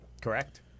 Correct